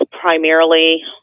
primarily